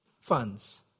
funds